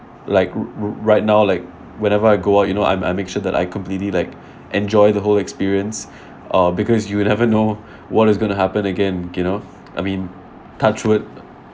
like r~ right now like wherever I go out you know I I make sure that I completely like enjoy the whole experience uh because you never know what's going to happen again you know I mean touch wood